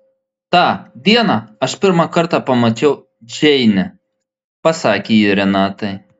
tą dieną aš pirmą kartą pamačiau džeinę pasakė ji renatai